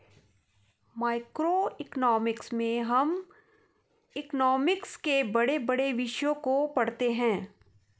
macroeconomics में हम economics के बड़े बड़े विषयों को पढ़ते हैं